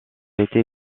été